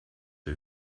der